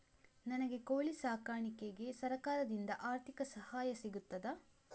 ನನಗೆ ಕೋಳಿ ಸಾಕಾಣಿಕೆಗೆ ಸರಕಾರದಿಂದ ಆರ್ಥಿಕ ಸಹಾಯ ಸಿಗುತ್ತದಾ?